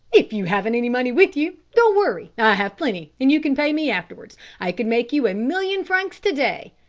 if you haven't any money with you, don't worry. i have plenty and you can pay me afterwards. i could make you a million francs to-day.